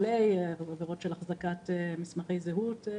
החזקת מסמכי זהות.